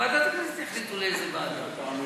ובוועדת הכנסת יחליטו לאיזו ועדה.